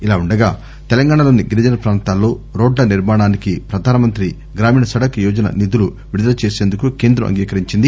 ఇలా ఉండగా తెలంగాణలోని గిరిజన పాంతాల్లో రోడ్ల నిర్మాణానికి ప్రధానమంతి గ్రామీణ సడక్ యోజన నిధులు విడుదల చేసేందుకు కేంద్రం అంగీకరించింది